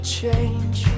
change